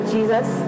Jesus